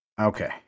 Okay